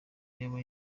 yaba